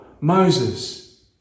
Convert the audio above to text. Moses